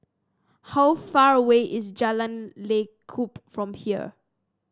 how far away is Jalan Lekub from here